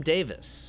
Davis